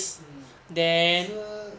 mm 就是